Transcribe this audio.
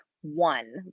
one